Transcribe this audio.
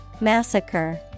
Massacre